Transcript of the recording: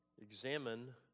Examine